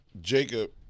Jacob